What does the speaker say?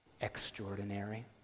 extraordinary